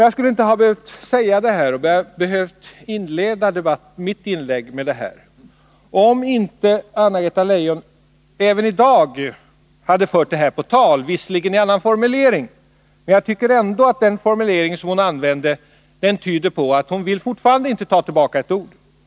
Jag skulle inte ha behövt inleda mitt inlägg med detta, om inte Anna-Greta Leijon även i dag hade fört denna sak på tal, om än i annan formulering. Men hennes formulering tyder ändå på att hon inte vill ta tillbaka ett enda ord.